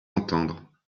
entendre